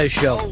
show